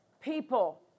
people